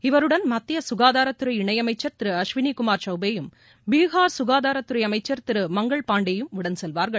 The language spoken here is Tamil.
இவருடன் மத்திய மக்காதாரத்துறை இணையளமச்சர் திரு அஸ்விளிகுமார் சௌபேயும் பீகார் சுகாதாரத்துறை அமைச்சர் திரு மங்கள் பாண்டேயும் உடன் செல்வார்கள்